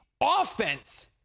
offense